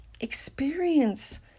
Experience